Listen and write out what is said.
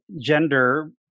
gender